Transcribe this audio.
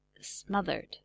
smothered